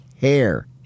HAIR